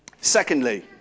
Secondly